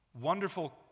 Wonderful